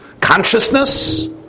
Consciousness